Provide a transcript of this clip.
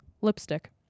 Lipstick